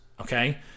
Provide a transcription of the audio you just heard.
okay